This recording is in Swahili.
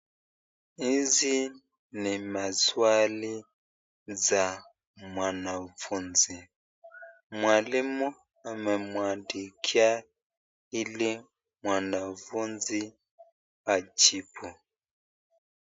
Hizi ni maswali za mwanafunzi , mwalimu amemwndikia hili mwanafunzi ajibu.